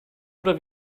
oder